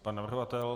Pan navrhovatel?